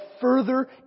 further